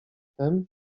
wtem